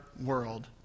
world